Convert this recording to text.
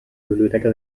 biblioteca